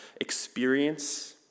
experience